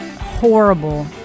horrible